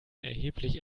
erheblich